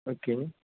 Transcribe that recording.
okay